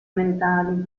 mentali